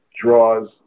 draws